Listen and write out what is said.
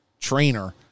trainer